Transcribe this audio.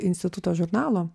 instituto žurnalo